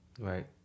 Right